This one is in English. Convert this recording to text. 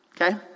okay